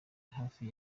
hafi